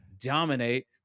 dominate